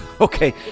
Okay